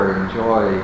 enjoy